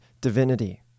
divinity